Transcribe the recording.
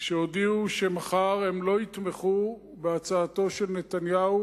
שהודיעו שהם לא יתמכו מחר בהצעתו של נתניהו,